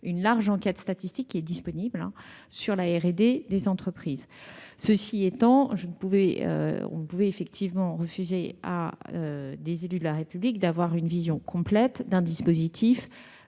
une large enquête statistique, qui est disponible, sur la R&D des entreprises. Cela étant, on ne peut refuser à des élus de la République d'avoir une vision complète d'un dispositif